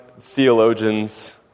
theologians